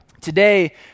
Today